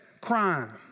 crime